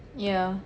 ya